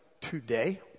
today